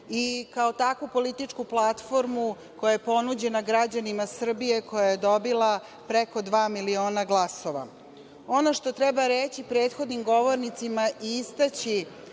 i kao takvu političku platformu koja je ponuđena građanima Srbije, koja je dobila preko dva miliona glasova. Ono što treba reći prethodnim govornicima i istaći